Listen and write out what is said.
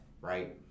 right